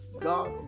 God